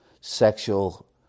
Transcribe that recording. sexual